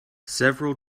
several